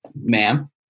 ma'am